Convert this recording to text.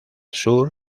sur